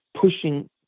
pushing